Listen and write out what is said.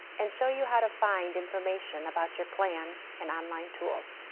and show you how to find information about your plan and online tools.